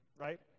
right